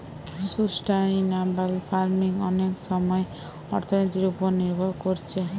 sustainable farming অনেক সময় অর্থনীতির উপর নির্ভর কোরছে